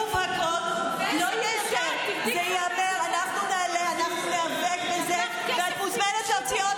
את לוקחת לה את הכסף כי היא שמאלנית, בושה.